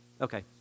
okay